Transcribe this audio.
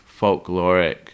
folkloric